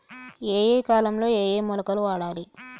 ఏయే కాలంలో ఏయే మొలకలు వాడాలి?